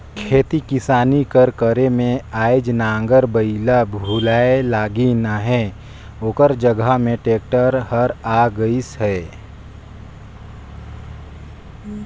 खेती किसानी कर करे में आएज नांगर बइला भुलाए लगिन अहें ओकर जगहा में टेक्टर हर आए गइस अहे